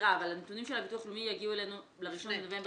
מסבירה הנתונים של הביטוח הלאומי יגיעו אלינו ל-1 בנובמבר